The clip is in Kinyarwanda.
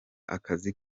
akazi